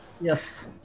Yes